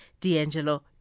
D'Angelo